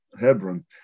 Hebron